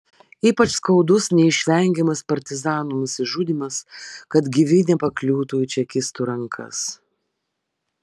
ypač skaudus neišvengiamas partizanų nusižudymas kad gyvi nepakliūtų į čekistų rankas